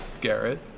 Garrett